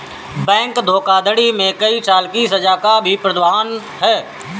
bank धोखाधड़ी में कई साल की सज़ा का भी प्रावधान है